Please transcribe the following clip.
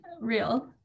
real